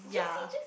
ya